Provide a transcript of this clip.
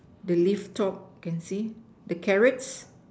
the lift top can see the carrots